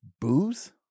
booze